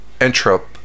entropy